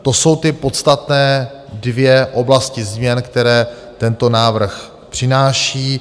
To jsou ty podstatné dvě oblasti změn, které tento návrh přináší.